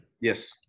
Yes